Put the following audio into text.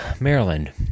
Maryland